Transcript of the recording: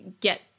get